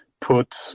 put